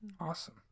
Awesome